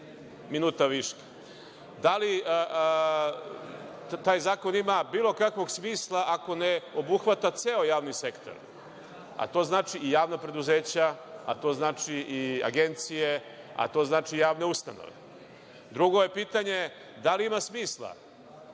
imaju smisla, da li taj zakon ima bilo kakvog smisla ako ne obuhvata ceo javni sektor, a to znači i javna preduzeća, a to znači i agencije, a to znači i javne ustanove? Drugo je pitanje - da li ima smisla